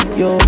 yo